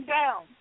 down